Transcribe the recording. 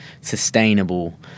sustainable